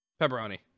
Pepperoni